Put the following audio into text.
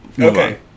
Okay